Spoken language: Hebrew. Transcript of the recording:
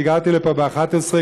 כשהגעתי לפה ב-11:00,